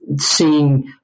seeing